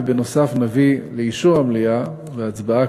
ובנוסף נביא לאישור המליאה ולהצבעה,